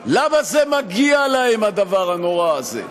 למה זה מגיע להם, הדבר הנורא הזה?